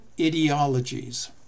ideologies